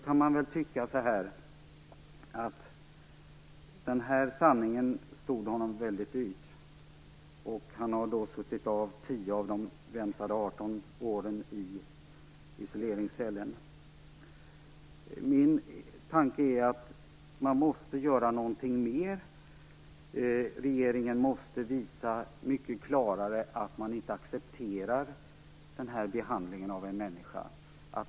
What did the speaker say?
Man kan då tycka att den här sanningen stod honom väldigt dyrt. Han har nu suttit av 10 av de väntade 18 åren i isoleringscellen. Min tanke är att man måste göra någonting mer. Regeringen måste visa mycket klarare att man inte accepterar den här behandlingen av en människa.